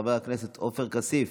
חבר הכנסת עופר כסיף,